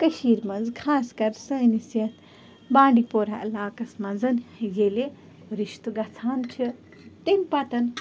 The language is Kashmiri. کٔشیٖر منٛز خاص کر سٲنِس یَتھ بانٛڈی پورا علاقَس منٛز ییٚلہِ رِشتہٕ گژھان چھِ تمہِ پَتہٕ